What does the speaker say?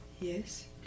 Yes